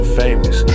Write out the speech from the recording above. famous